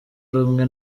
rumwe